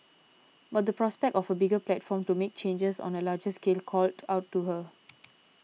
but the prospect of a bigger platform to make changes on a larger scale called out to her